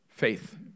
faith